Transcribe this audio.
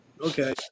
Okay